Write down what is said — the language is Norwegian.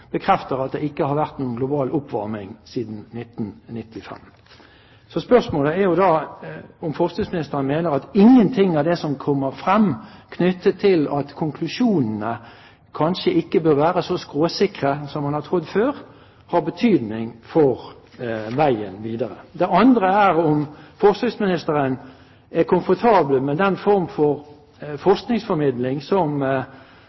bekrefter at det ikke har vært noen global oppvarming siden 1995. Så spørsmålet er da om forskningsministeren mener at ingenting av det som kommer frem knyttet til at konklusjonene kanskje ikke bør være så skråsikre som man har trodd før, har betydning for veien videre. Det andre er om forskningsministeren er komfortabel med den form for